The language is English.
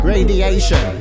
Radiation